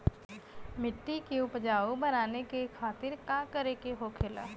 मिट्टी की उपजाऊ बनाने के खातिर का करके होखेला?